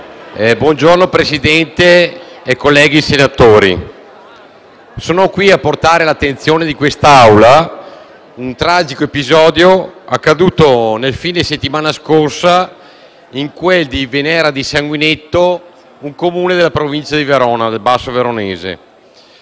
Signor Presidente, colleghi senatori, sono qui a portare all'attenzione dell'Aula un tragico episodio accaduto nel fine settimana scorsa in quel di Venera di Sanguinetto, un Comune della provincia di Verona, del Basso Veronese;